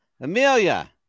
Amelia